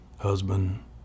husband